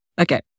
Okay